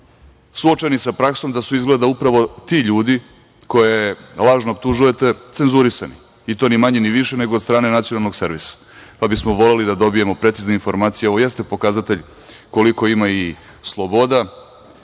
suočeni sa praksom da su izgleda upravo ti ljudi koje lažno optužujete cenzurisani i to ni manje ni više nego od strane nacionalnog servisa, pa bismo voleli da dobijemo precizne informacije, ovo jeste pokazatelj koliko ima i sloboda